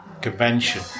convention